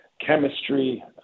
chemistry